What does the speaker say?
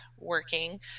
working